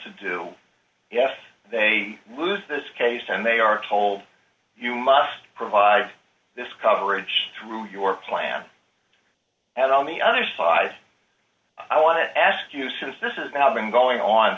to do yes they lose this case and they are told you must provide this coverage through your plan and on the other side i want to ask you since this is now been going on